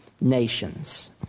nations